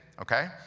okay